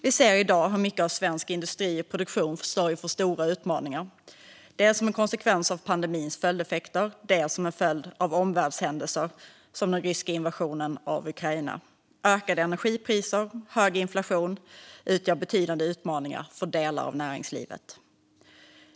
Vi ser i dag hur mycket av svensk industri och produktion står inför stora utmaningar, dels som en konsekvens av pandemins följdeffekter, dels som en följd av omvärldshändelser som den ryska invasionen av Ukraina. Ökade energipriser och hög inflationen utgör betydande utmaningar för delar av näringslivet.